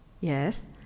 yes